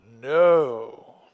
No